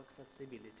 accessibility